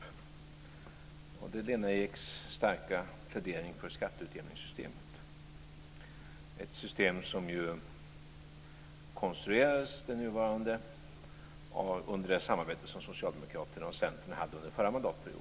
Det gäller Lena Eks starka plädering för skatteutjämningssystemet, ett system som ju konstruerades - dvs. det nuvarande - under det samarbete som Socialdemokraterna och Centern hade under den förra mandatperioden.